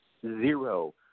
zero